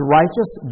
righteous